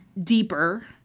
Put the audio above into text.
deeper